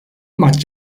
maç